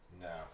No